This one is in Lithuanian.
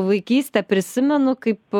vaikystę prisimenu kaip